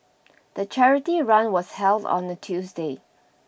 the charity run was held on a Tuesday